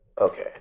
Okay